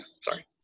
Sorry